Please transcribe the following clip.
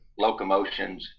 locomotions